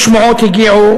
יש שמועות, הגיעו,